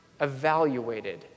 evaluated